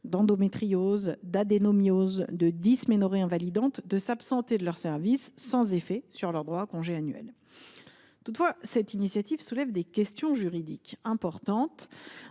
d’endométriose, d’adénomyose ou de dysménorrhées invalidantes de s’absenter de leur service, sans effet sur leurs droits à congés annuels. Toutefois, cette initiative soulève des questions juridiques importantes.